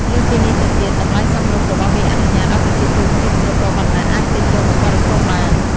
លើសពីនេះទៅទៀត តម្លៃសមរម្យ របស់វាអនុញ្ញាតឲ្យប្រជាជនគ្រប់ស្រទាប់វណ្ណៈអាចទិញយកមកបរិភោគបាន។